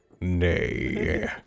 Nay